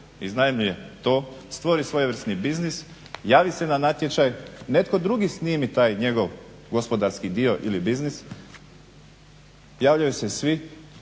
iznajmljuje to, stvori svojevrsni biznis, javi se na natječaj, netko drugi snimi taj njegov gospodarski dio ili biznis, javljaju se svi